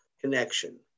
connection